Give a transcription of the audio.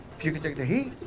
if you can take the heat.